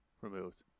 removed